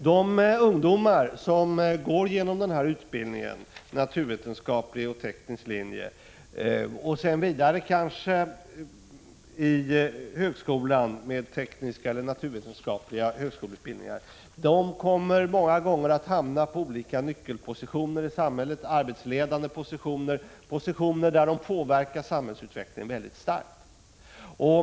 De ungdomar som genomgår naturvetenskaplig eller teknisk linje och sedan kanske fortsätter på tekniska eller naturvetenskapliga högskoleutbildningar kommer många gånger att hamna på olika nyckelposter i samhället, i arbetsledande positioner e.d. där de har en mycket stark påverkan på samhällsutvecklingen.